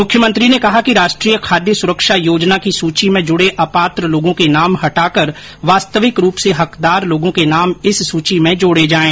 मुख्यमंत्री ने कहा कि राष्ट्रीय खाद्य सुरक्षा योजना की सूची में जुड़े अपात्र लोगों के नाम हटाकर वास्तविक रूप से हकदार लोगों के नाम इस सूची में जोड़े जाएं